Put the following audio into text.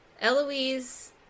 Eloise